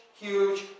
huge